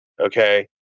okay